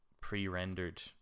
pre-rendered